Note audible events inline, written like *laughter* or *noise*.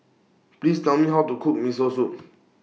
Please Tell Me How to Cook Miso Soup *noise*